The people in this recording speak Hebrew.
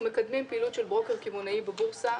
אנחנו מקדמים פעילות של ברוקר קמעונאי בבורסה.